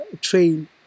train